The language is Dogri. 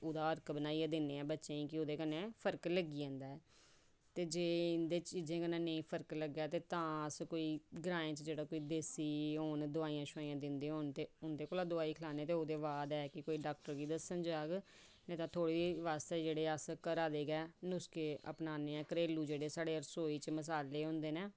ते ओह्दा अर्क बनाइयै दिन्ने बच्चें गी कि ओह्दे कन्नै फर्क लग्गी जंदा ते जे इंदे च एह्दे कन्नै फर्क ते तां अस ग्रांएं च होन कोई देसी दवाई दिंदे होन ते उंदे कोला दोआई कळाने ते अगर कोई ऐ डॉक्टर गी दस्सन जा दे ओ जेह्ड़ी बस अस जेह्ड़े घरा दे गै नुस्खे अपनाने आं घरेलू जेह्ड़े रसोई च मसाले होंदे न